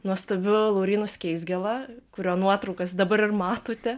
nuostabiu laurynu skeizgiela kurio nuotraukas dabar ir matote